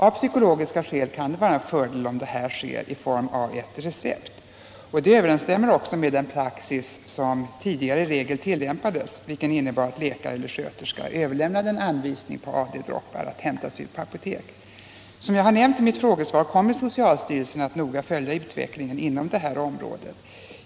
Av psykologiska skäl kan det vara en fördel, om ordinationen sker i form av ett recept. Detta överensstämmer också med den praxis som tidigare i regel tillämpades, vilken innebar att läkare eller sköterska överlämnade en anvisning på AD-droppar att hämtas ut på apotek. Som jag har nämnt i mitt frågesvar kommer socialstyrelsen att noga följa utvecklingen inom detta område.